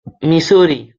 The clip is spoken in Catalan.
missouri